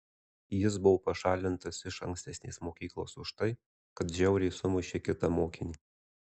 jis buvo pašalintas iš ankstesnės mokyklos už tai kad žiauriai sumušė kitą mokinį